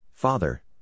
Father